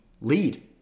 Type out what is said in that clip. lead